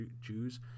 Jews